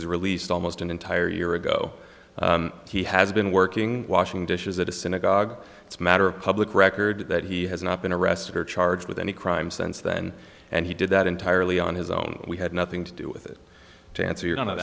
was released almost an entire year ago he has been working washing dishes at a synagogue it's matter of public record that he has not been arrested or charged with any crime since then and he did that entirely on his own we had nothing to do with it to answer your